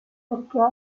perché